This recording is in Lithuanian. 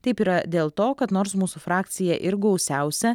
taip yra dėl to kad nors mūsų frakcija ir gausiausia